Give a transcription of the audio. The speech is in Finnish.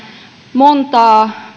montaa